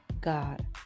God